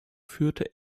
führte